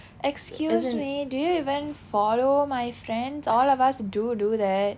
excuse me do you even follow my friends all of us do do that